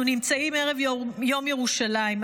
אנחנו נמצאים ערב יום ירושלים,